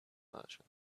merchant